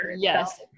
Yes